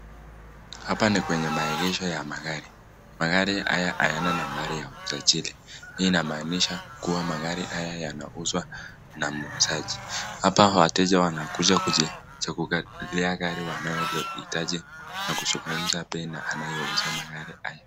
Hapa ni kwenye maegesho ya magari. Magari haya hayana numbari ya usajili. Hii inamaanisha kuwa magari haya yanauzwa na muuzaji. Hapa wateja wanakuja kujichagulia gari wanalohitaji na kuzungumza bei na anayeuza magari haya.